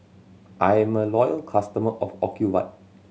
I'm a loyal customer of Ocuvite